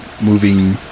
moving